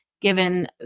given